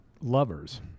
lovers